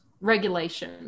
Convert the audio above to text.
regulation